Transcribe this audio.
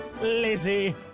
Lizzie